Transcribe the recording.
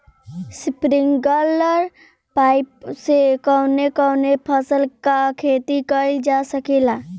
Sprinkler pipe से कवने कवने फसल क खेती कइल जा सकेला?